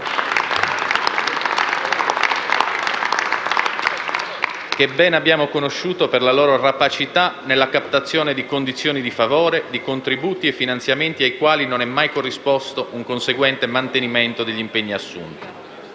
che ben abbiamo conosciuto per la loro rapacità nella captazione di condizioni di favore, di contributi e finanziamenti ai quali non è mai corrisposto un conseguente mantenimento degli impegni assunti.